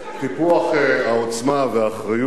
טיפוח העוצמה והאחריות